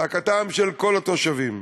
זעקתם של כל התושבים.